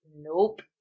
nope